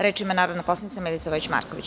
Reč ima narodna poslanica Milica Vojić Marković.